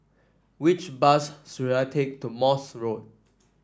which bus should I take to Morse Road